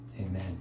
Amen